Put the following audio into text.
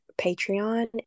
patreon